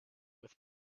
with